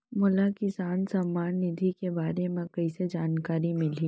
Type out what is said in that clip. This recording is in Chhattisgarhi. मोला किसान सम्मान निधि के बारे म कइसे जानकारी मिलही?